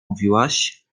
mówiłaś